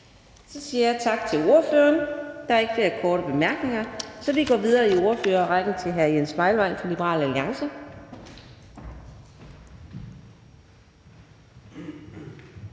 Adsbøl): Tak til ordføreren. Der er ikke nogen korte bemærkninger, så vi går videre i ordførerrækken til hr. Lars-Christian Brask fra Liberal Alliance.